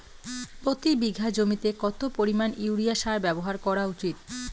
প্রতি বিঘা জমিতে কত পরিমাণ ইউরিয়া সার ব্যবহার করা উচিৎ?